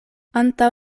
antaŭ